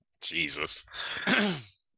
Jesus